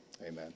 Amen